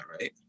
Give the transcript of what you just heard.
right